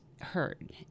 heard